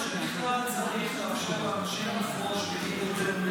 אני אומר שבכלל צריך לאפשר לאנשים לפרוש בגיל מבוגר יותר.